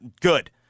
Good